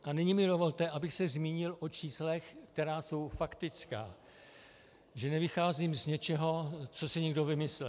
A nyní mi dovolte, abych se zmínil o číslech, která jsou faktická, že nevycházím z něčeho, co si někdo vymyslel.